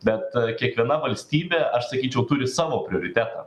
bet kiekviena valstybė aš sakyčiau turi savo prioritetą